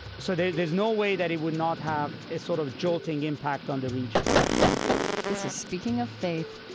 so there's there's no way that it would not have a sort of jolting impact on the region this is speaking of faith.